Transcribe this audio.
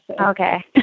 Okay